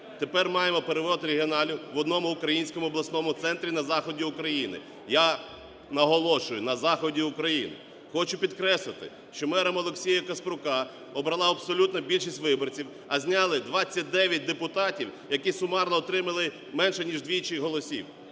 Тепер маємо переворот регіоналів в одному українському обласному центрі на заході України, я наголошую – на заході України. Хочу підкреслити, що мером Олексія Каспрука обрала абсолютна більшість виборців, а зняли 29 депутатів, які сумарно отримали менше ніж вдвічі голосів.